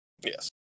Yes